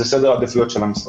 זה סדר עדיפויות של המשרד.